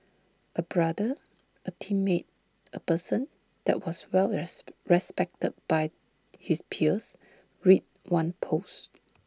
A brother A teammate A person that was well respected by his peers read one post